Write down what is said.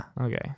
Okay